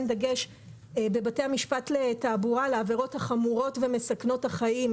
דגש בבתי המשפט לתעבורה לעבירות החמורות ומסכנות החיים,